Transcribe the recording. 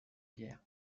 pierre